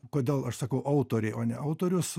kodėl aš sakau autoriai o ne autorius